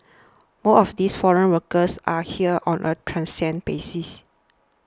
most of these foreign workers are here on a transient basis